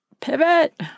pivot